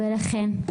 לכן,